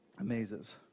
amazes